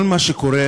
כל מה שקורה